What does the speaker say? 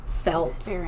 Felt